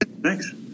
Thanks